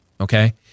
Okay